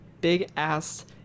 big-ass